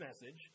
message